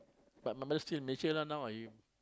but my mother still in Malaysia lah now I